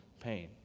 pain